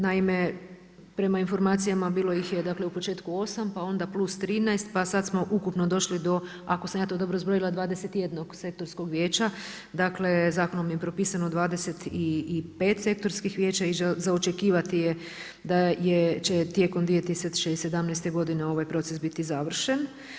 Naime, prema informacijama, bilo ih je u početku 8, pa onda plus 13, pa sad smo ukupno došli do, ako sam ja to dobro zbrojila 21 sektorskog vijeća dakle, zakonom je propisano 25 sektorskih vijeća i za očekivati je da će tijekom 2017. godine ovaj proces biti završen.